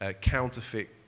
Counterfeit